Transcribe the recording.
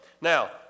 Now